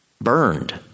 burned